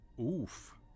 Oof